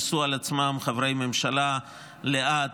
יישאו על עצמם חברי הממשלה לעד,